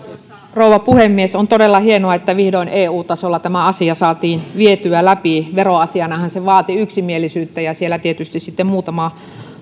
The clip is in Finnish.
rouva puhemies on todella hienoa että vihdoin eu tasolla tämä asia saatiin vietyä läpi veroasianahan se vaati yksimielisyyttä ja siellä tietysti sitten muutama